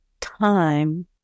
time